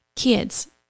kids